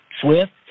Swift